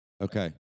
Okay